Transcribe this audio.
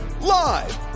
Live